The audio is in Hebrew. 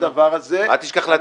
אל תשכח לעדכן אותי.